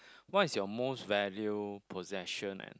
what is your most value possession and